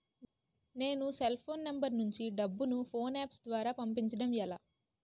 నేను cell phone number నుంచి డబ్బును ను ఫోన్పే అప్ ద్వారా పంపించడం ఎలా?